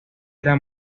era